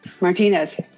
Martinez